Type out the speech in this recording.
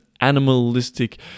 animalistic